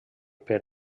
per